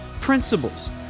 principles